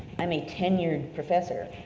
i'm a tenured professor,